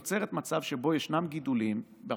היא יוצרת מצב שבו יש גידולים שגודלו בעבר